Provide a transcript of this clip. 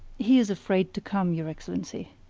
he is afraid to come, your excellency.